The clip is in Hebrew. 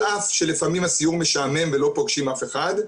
על אף שלפעמים הסיור משעמם ולא פוגשים אף אחד,